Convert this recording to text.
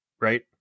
right